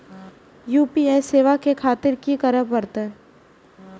UPI सेवा ले खातिर की करे परते?